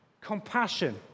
compassion